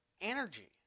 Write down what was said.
energy